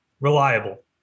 Reliable